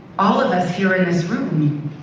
all of us here in this room,